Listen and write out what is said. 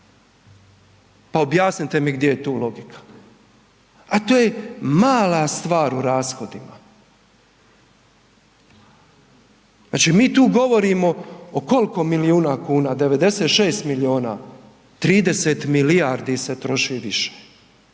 Pa objasnite mi gdje je tu logika? A to je mala stvar u rashodima. Znači mi tu govorimo o koliko milijuna kuna, 96 milijuna kuna, 30 milijardi se troši više.